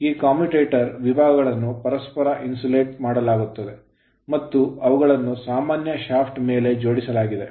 ಈ commutator commutator ವಿಭಾಗಗಳನ್ನು ಪರಸ್ಪರ insulate ಇನ್ಸುಲೇಟ್ ಮಾಡಲಾಗುತ್ತದೆ ಮತ್ತು ಅವುಗಳನ್ನು ಸಾಮಾನ್ಯ shaft ಶಾಫ್ಟ್ ಮೇಲೆ ಜೋಡಿಸಲಾಗಿದೆ